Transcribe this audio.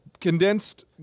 condensed